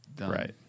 Right